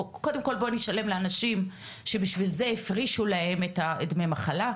קודם כל בואו נשלם לאנשים שבשביל זה הפרישו להם את ימי המחלה.